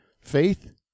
faith